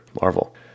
Marvel